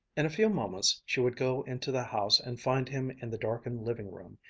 in a few moments she would go into the house and find him in the darkened living-room,